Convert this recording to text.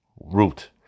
root